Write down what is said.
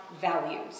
values